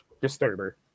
disturber